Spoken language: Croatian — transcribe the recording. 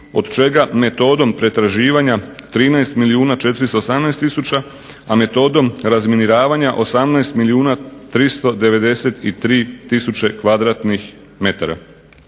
od čega metodom pretraživanja 13 milijuna 418 tisuća, a metodom razminiravanja 18 milijuna 393 tisuće m2.